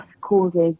causes